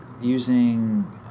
using